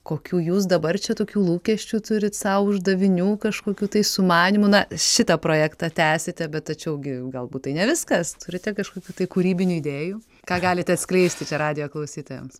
kokių jūs dabar čia tokių lūkesčių turit sau uždavinių kažkokių tai sumanymų na šitą projektą tęsite bet tačiau gi galbūt tai ne viskas turite kažkokių tai kūrybinių idėjų ką galite atskleisti čia radijo klausytojams